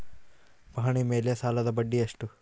ಪಹಣಿ ಮೇಲೆ ಸಾಲದ ಬಡ್ಡಿ ಎಷ್ಟು?